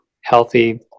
healthy